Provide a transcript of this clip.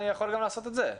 אני יכול גם לעשות את זה.